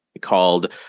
called